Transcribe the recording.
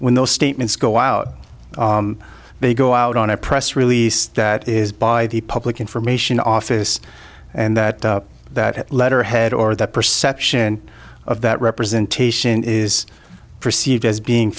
when those statements go out they go out on a press release that is by the public information office and that that letterhead or that perception of that representation is perceived as being